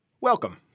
Welcome